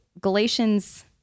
Galatians